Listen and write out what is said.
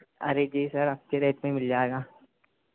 अरे जी सर आपके रेट में मिल जाएगा